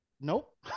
Nope